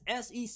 SEC